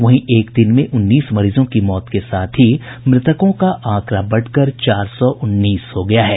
वहीं एक दिन में उन्नीस मरीजों की मौत के साथ ही मृतकों का आंकड़ा बढ़कर चार सौ उन्नीस हो गया है